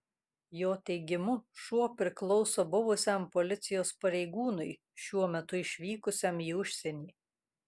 jo teigimu šuo priklauso buvusiam policijos pareigūnui šiuo metu išvykusiam į užsienį